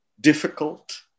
difficult